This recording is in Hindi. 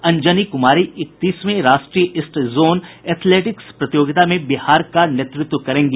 अंजनी कुमारी इकतीसवीं राष्ट्रीय ईस्ट जोन एथलेटिक्स प्रतियोगिता में बिहार का नेतृत्व करेंगी